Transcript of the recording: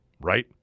right